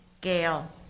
Gail